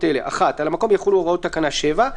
אלה: (1) על המקום יחולו הוראות תקנה 7,